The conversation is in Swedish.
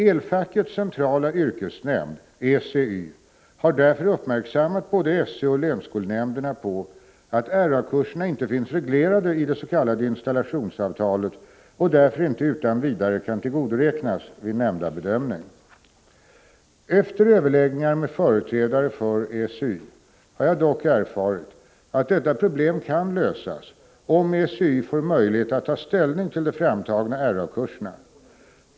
Elfackets centrala yrkesnämnd har därför uppmärksammat både sÖ och länsskolnämnderna på att RA-kurserna inte finns reglerade i det s.k. installationsavtalet och därför inte utan vidare kan tillgodoräknas vid nämnda bedömning. Efter överläggningar med företrädare för ECY har jag dock erfarit att detta problem kan lösas om ECY får möjlighet att ta ställning till de framtagna RA-kurserna.